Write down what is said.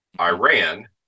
Iran